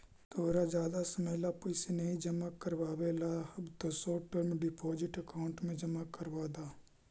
तोरा जादा समय ला पैसे नहीं जमा करवावे ला हव त शॉर्ट टर्म डिपॉजिट अकाउंट में जमा करवा द